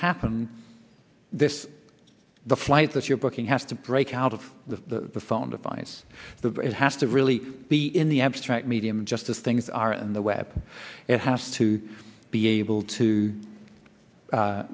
happen this the flight that you're booking has to break out of the phone device it has to really be in the abstract medium just as things are on the web it has to be able to